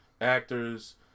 actors